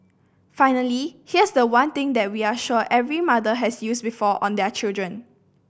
finally here's the one thing that we are sure every mother has used before on their children